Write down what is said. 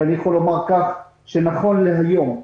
נכון להיום,